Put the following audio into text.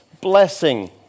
blessing